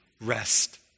rest